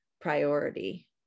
priority